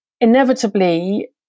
inevitably